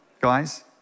guys